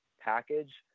package